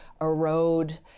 erode